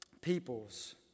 peoples